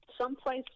someplace